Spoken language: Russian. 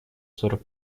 сорок